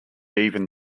even